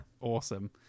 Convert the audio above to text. Awesome